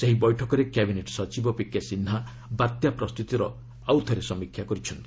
ସେହି ବୈଠକରେ କ୍ୟାବିନେଟ୍ ସଚିବ ପିକେସିହ୍ବା ବାତ୍ୟା ପ୍ରସ୍ତୁତିର ଆଉଥରେ ସମୀକ୍ଷା କରିଛନ୍ତି